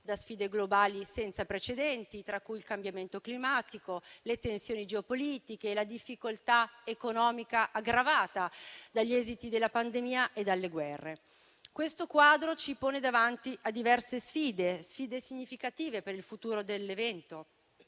da sfide globali senza precedenti, tra cui il cambiamento climatico, le tensioni geopolitiche e la difficoltà economica aggravata dagli esiti della pandemia e dalle guerre. Questo quadro ci pone davanti a diverse sfide significative per il futuro dell'evento.